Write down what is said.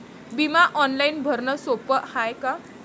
बिमा ऑनलाईन भरनं सोप हाय का?